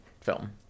film